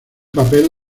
papel